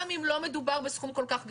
גם אם לא מדובר בסכום כל כך גדול,